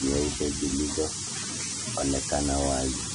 nyeupe zilizoonekana wazi.